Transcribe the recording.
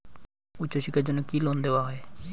উচ্চশিক্ষার জন্য কি লোন দেওয়া হয়?